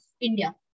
India